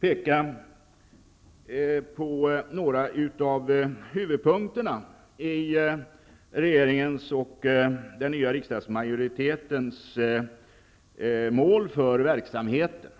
peka på några av huvudpunkterna i regeringens och den nya riksdagsmajoritetens mål för verksamheten.